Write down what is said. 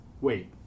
Wait